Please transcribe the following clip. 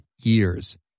years